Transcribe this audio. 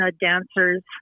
Dancers